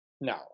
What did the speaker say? No